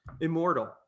immortal